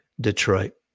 Detroit